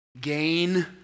gain